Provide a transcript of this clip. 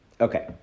Okay